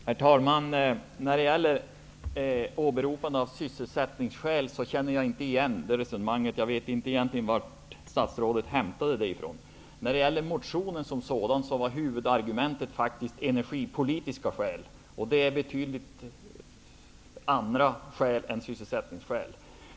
Herr talman! Jag känner inte igen resonemanget om åberopande av sysselsättningsskäl. Jag vet egentligen inte var statsrådet hämtade det ifrån. Huvudargumentet i motionen var faktiskt energipolitiska skäl, och det är helt andra skäl än sysselsättningsskäl.